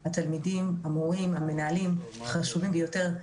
התלמידים, המורים והמנהלים הם חשובים ביותר,